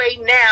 now